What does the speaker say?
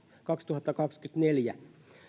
kaksituhattakaksikymmentäneljä